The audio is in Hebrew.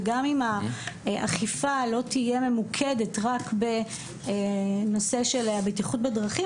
וגם אם האכיפה לא תהיה ממוקדת רק בנושא של הבטיחות בדרכים,